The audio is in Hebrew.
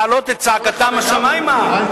להעלות את צעקתם השמימה.